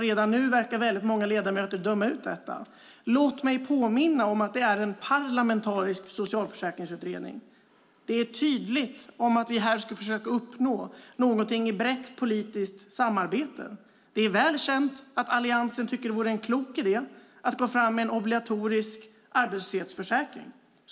Redan nu verkar många ledamöter döma ut den. Låt mig påminna om att det är en parlamentarisk socialförsäkringsutredning. Det är tydligt att vi här försöker uppnå något genom ett brett politiskt samarbete. Det är allmänt känt att Alliansen tycker att det vore en klok idé att få fram en obligatorisk arbetslöshetsförsäkring.